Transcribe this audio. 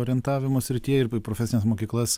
orientavimo srityje ir profesines mokyklas